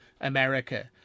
America